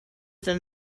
than